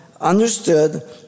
understood